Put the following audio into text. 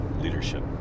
leadership